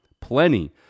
plenty